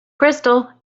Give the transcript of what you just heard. crystal